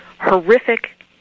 horrific